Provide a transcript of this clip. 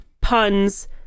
puns